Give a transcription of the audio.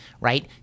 right